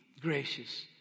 gracious